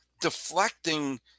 deflecting